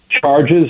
charges